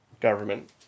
government